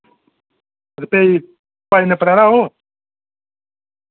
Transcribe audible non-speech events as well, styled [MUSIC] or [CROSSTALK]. [UNINTELLIGIBLE] pineapple आह्ला होग